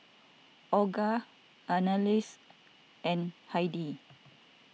Olga Annalise and Heidy